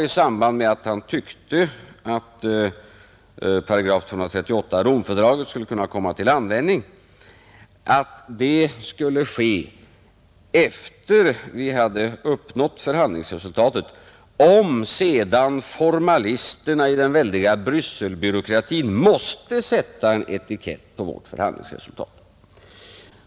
I samband med att han sade att § 238 Romfördraget skulle kunna komma till användning sade han också att det skulle ske efter det att vi hade uppnått förhandlingsresultatet och om formalisterna i den väldiga Brysselbyråkratin måste sätta en etikett på vårt förhandlingsresultat.